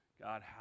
God